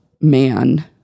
man